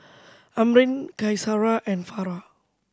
Amrin Qaisara and Farah